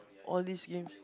all these games